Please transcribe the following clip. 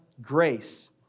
grace